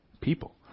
people